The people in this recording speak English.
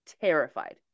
terrified